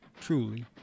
truly